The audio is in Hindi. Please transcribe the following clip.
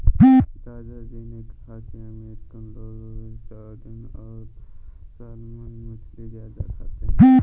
दादा जी ने कहा कि अमेरिकन लोग सार्डिन और सालमन मछली ज्यादा खाते हैं